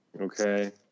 Okay